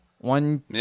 One